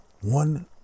One